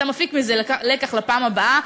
אתה מפיק מזה לקח לפעם הבאה,